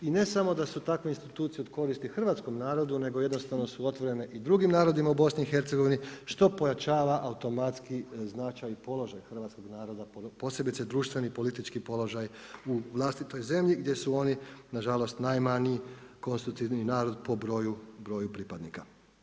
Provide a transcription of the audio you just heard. I ne samo da su takve institucije od koristi hrvatskom narodu, nego jednostavno su otvorene i drugim narodima u Bosni i Hercegovini što pojačava automatski značaj i položaj hrvatskog naroda, posebice društveni i politički položaj u vlastitoj zemlji gdje su oni na žalost najmanji konstruktivni narod po broju pripadnika.